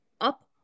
up